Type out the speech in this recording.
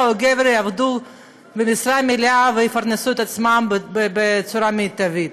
או גבר יעבדו במשרה מלאה ויפרנסו את עצמם בצורה מיטבית.